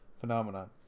phenomenon